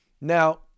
Now